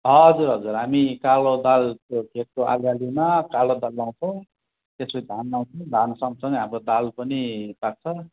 हजुर हजुर हामी कालो दालको खेतको आली आलीमा कालो दाल लाउँछौँ त्यसपछि धान लाउँछौँ धानसँगसँगै हाम्रो दाल पनि पाक्छ